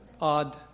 odd